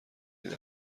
این